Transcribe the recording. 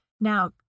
Now